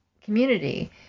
community